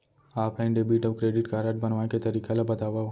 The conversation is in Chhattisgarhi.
ऑफलाइन डेबिट अऊ क्रेडिट कारड बनवाए के तरीका ल बतावव?